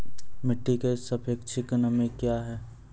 मिटी की सापेक्षिक नमी कया हैं?